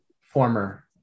former